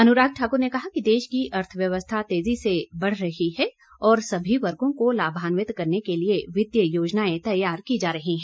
अनुराग ठाक्र ने कहा कि देश की अर्थव्यवस्था तेजी से बढ़ रही है और सभी वर्गों को लाभान्वित करने के लिए वित्तीय योजनाएं तैयार की जा रही हैं